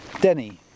Denny